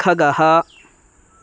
खगः